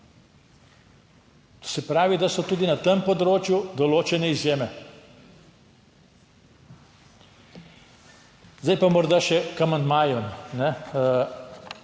Se pravi, da so tudi na tem področju določene izjeme. Z daj pa morda še k amandmajem.